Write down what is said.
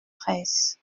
treize